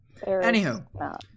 anywho